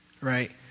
right